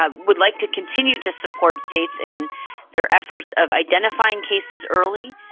um would like to continue to support states in their efforts of identifying cases early,